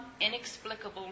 inexplicable